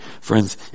Friends